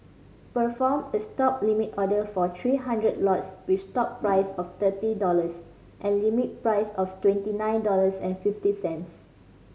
perform a Stop limit order for three hundred lots with stop price of thirty dollars and limit price of twenty nine dollars and fifty cents